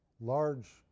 large